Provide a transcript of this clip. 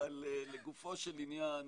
לגופו של עניין